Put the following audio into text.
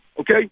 Okay